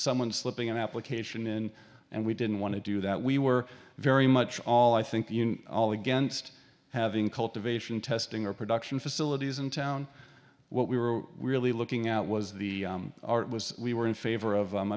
someone slipping an application in and we didn't want to do that we were very much all i think you know all against having cultivation testing or production facilities in town what we were really looking at was the it was we were in favor of